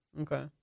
Okay